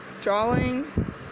drawing